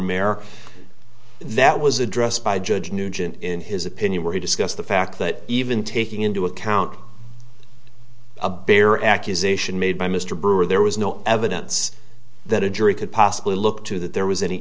mayor that was addressed by judge nugent in his opinion where he discussed the fact that even taking into account a bare accusation made by mr brewer there was no evidence that a jury could possibly look to that there was any